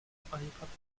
arrivera